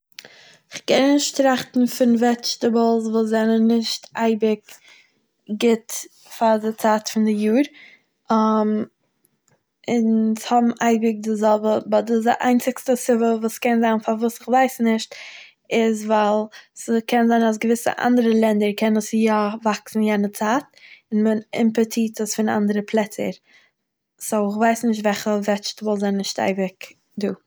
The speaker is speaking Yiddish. איך קען נישט טראכטן פון וועטשטעבולס וואס זענען נישט אייביג גוט פאר די צייט פון די יאר, אונז האבן אייביג די זעלבע, באט די איינציגסטע סיבה וואס קען זיין פארוואס איך ווייס נישט איז ווייל ס'קען זיין אז געוויסע אנדערע לענדער קען עס יא וואקסן יענער צייט און מ'אימפארטירט עס פון אנדערע פלעצער, סוי איך ווייס נישט וועלכע וועטשטעבולס זענען נישט אייביג דא.